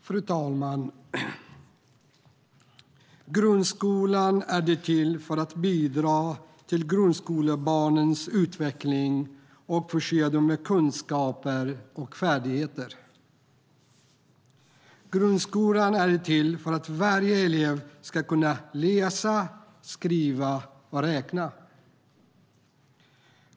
Fru talman! Grundskolan är till för att bidra till grundskolebarnens utveckling och förse dem med kunskaper och färdigheter. Grundskolan är till för att varje elev ska kunna läsa, skriva och räkna.